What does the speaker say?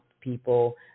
people